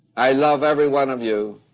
i love every one of you.